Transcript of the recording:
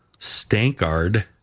Stankard